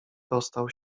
dostał